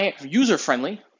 user-friendly